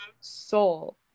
soul